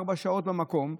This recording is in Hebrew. ארבע שעות במקום,